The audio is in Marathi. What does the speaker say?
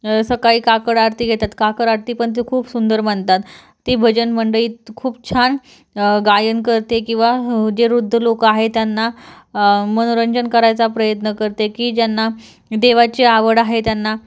सकाळी काकड आरती घेतात काकड आरती पण ती खूप सुंदर म्हणतात ती भजन मंडई खूप छान गायन करते किंवा जे वृद्ध लोक आहे त्यांना मनोरंजन करायचा प्रयत्न करते की ज्यांना देवाची आवड आहे त्यांना